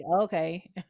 okay